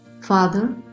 Father